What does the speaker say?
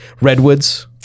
redwoods